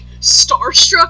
starstruck